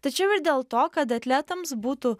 tačiau ir dėl to kad atletams būtų